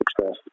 success